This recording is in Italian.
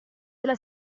della